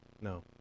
No